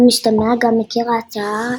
במשתמע גם הכירה ההצהרה